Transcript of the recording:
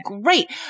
great